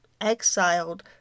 exiled